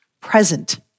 present